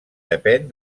depèn